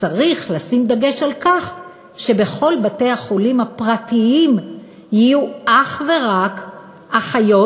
שצריך לשים דגש על כך שבכל בתי-החולים הפרטיים יהיו אך ורק אחיות,